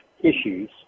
issues